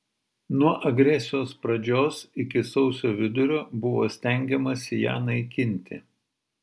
nuo agresijos pradžios iki sausio vidurio buvo stengiamasi ją naikinti